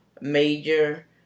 Major